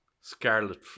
Scarlet